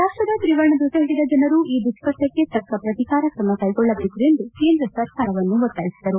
ರಾಷ್ಟದ ತ್ರಿವರ್ಣ ಧ್ವಜ ಹಿಡಿದ ಜನರು ಈ ದುಷ್ಟಕ್ಕಕ್ಕೆ ತಕ್ಕ ಪ್ರತೀಕಾರ ಕ್ರಮ ಕೈಗೊಳ್ಳಬೇಕು ಎಂದು ಕೇಂದ್ರ ಸರ್ಕಾರವನ್ನು ಒತ್ತಾಯಿಸಿದರು